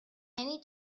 many